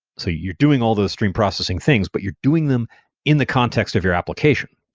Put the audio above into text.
so you're doing all those stream processing things, but you're doing them in the context of your application.